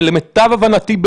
ולמיטב הבנתי,